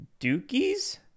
dookies